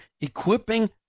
equipping